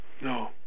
no